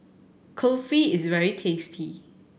kulfi is very tasty